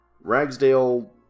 Ragsdale